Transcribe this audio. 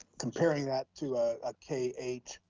comparing that to a k eight,